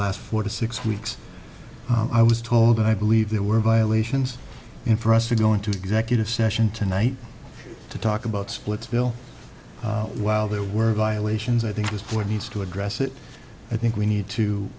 last four to six weeks i was told that i believe there were violations in for us to go into executive session tonight to talk about splitsville while there were violations i think this board needs to address it i think we need to